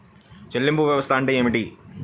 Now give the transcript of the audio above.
చెల్లింపు వ్యవస్థ అంటే ఏమిటి?